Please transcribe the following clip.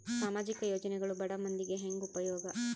ಸಾಮಾಜಿಕ ಯೋಜನೆಗಳು ಬಡ ಮಂದಿಗೆ ಹೆಂಗ್ ಉಪಯೋಗ?